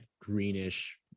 greenish